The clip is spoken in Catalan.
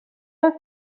del